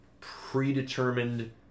predetermined